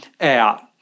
out